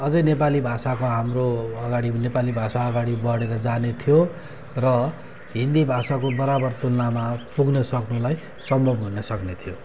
अझै नेपाली भाषाको हाम्रो अगाडि नेपाली भाषा अगाडि बढेर जाने थियो र हिन्दी भाषाको बराबर तुलनामा पुग्नसक्नुलाई सम्भव हुनसक्ने थियो